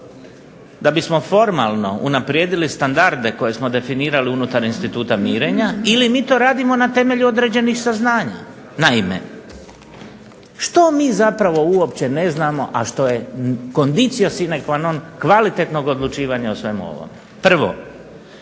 da bismo formalno unaprijedili standarde koje smo definirali unutar instituta mirenja ili mi to radimo na temelju određenih saznanja? Naime, što mi zapravo uopće ne znamo, a što je condicio cine qua non kvalitetnog odlučivanja o svemu ovome. Prvo,